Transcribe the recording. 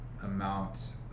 amount